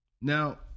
Now